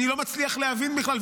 אני לא מצליח להבין בכלל.